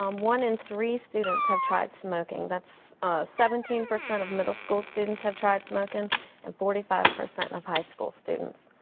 um one in three students have tried smoking. that's seventeen percent of middle school students have tried smoking and forty five percent of high school students.